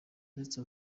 ndetse